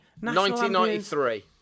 1993